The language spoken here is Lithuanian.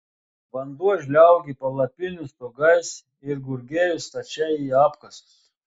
vanduo žliaugė palapinių stogais ir gurgėjo stačiai į apkasus